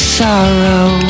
sorrow